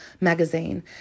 magazine